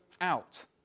out